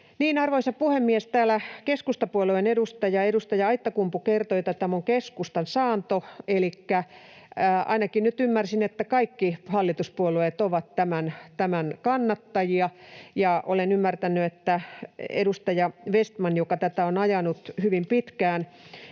Arvoisa puhemies! Täällä keskustapuolueen edustaja Aittakumpu, kertoi, että tämä on keskustan saanto, mutta ainakin nyt ymmärsin, että kaikki hallituspuolueet ovat tämän kannattajia, ja olen ymmärtänyt, että edustaja Vestmanin, joka tätä on ajanut hyvin pitkään,